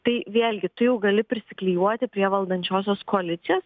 tai vėlgi tu jau gali prisiklijuoti prie valdančiosios koalicijos